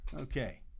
Okay